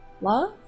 Love